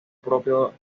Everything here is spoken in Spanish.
propio